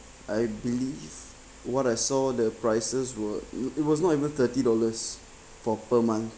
I believe what I saw the prices were it it was not even thirty dollars for per month